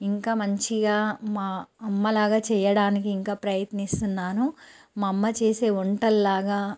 ఇంకా మంచిగా మా అమ్మ లాగా చెయ్యడానికి ఇంకా ప్రయత్నిస్తున్నాను మా అమ్మ చేసే వంటల్లాగా